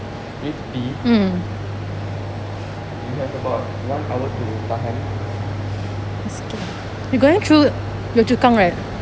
need to pee you have about one hour to tahan